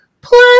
plus